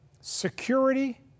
security